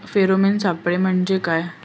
Pheromone सापळे म्हंजे काय?